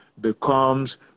becomes